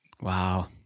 Wow